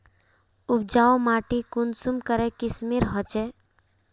उपजाऊ माटी कुंसम करे किस्मेर होचए?